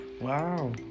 wow